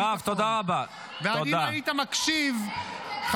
הבאתם עלינו טרור.